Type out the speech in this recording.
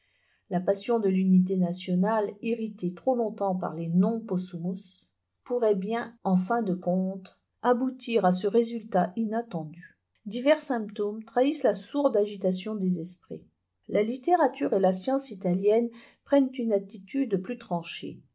la passion de l'unité nationale irritée trop longtemps par le non possumus pourrait bien en fin de de compte aboutir à ce résultat inattendu divers symptômes trahissent la sourde agitation des esprits la littérature et la science italiennes prennent une attitude plus tranchée